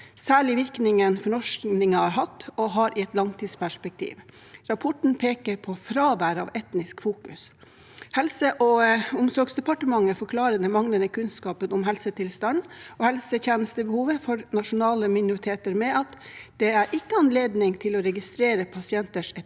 særlig virkningen fornorskingen har hatt, og har, i et langtidsperspektiv. Rapporten peker på fravær av etnisk fokus. Helse- og omsorgsdepartementet forklarer den manglende kunnskapen om helsetilstanden og helsetjenestebehovet for nasjonale minoriteter med at det ikke er anledning til å registrere pasienters etnisitet,